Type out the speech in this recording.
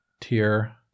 tier